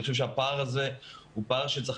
אני חושב שהפער הזה הוא פער שצריך